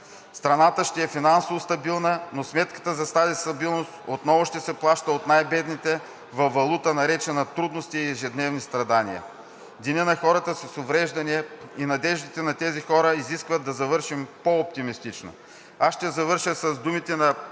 Страната ще е финансово стабилна, но сметката за тази стабилност отново ще се плаща от най-бедните във валута, наречена трудности и ежедневни страдания. Денят на хората с увреждания и надеждите на тези хора изискват да завършим по-оптимистично. Аз ще завърша с думите на